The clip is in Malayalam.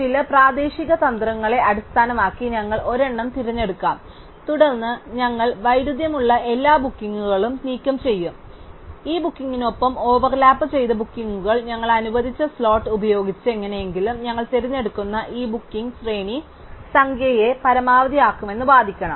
ചില പ്രാദേശിക തന്ത്രങ്ങളെ അടിസ്ഥാനമാക്കി ഞങ്ങൾ ഒരെണ്ണം തിരഞ്ഞെടുക്കും തുടർന്ന് ഞങ്ങൾ വൈരുദ്ധ്യമുള്ള എല്ലാ ബുക്കിംഗുകളും നീക്കംചെയ്യും ഈ ബുക്കിംഗിനൊപ്പം ഓവർലാപ്പുചെയ്ത ബുക്കിംഗുകൾ ഞങ്ങൾ അനുവദിച്ച സ്ലോട്ട് ഉപയോഗിച്ച് എങ്ങനെയെങ്കിലും ഞങ്ങൾ തിരഞ്ഞെടുക്കുന്ന ഈ ബുക്കിംഗ് ശ്രേണി സംഖ്യയെ പരമാവധിയാക്കുമെന്ന് വാദിക്കണം